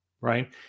right